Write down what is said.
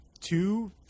two